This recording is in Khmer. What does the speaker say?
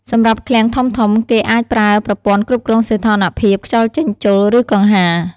សម្រាប់ឃ្លាំងធំៗ គេអាចប្រើប្រព័ន្ធគ្រប់គ្រងសីតុណ្ហភាព ខ្យល់ចេញចូល ឬកង្ហារ។